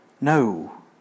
No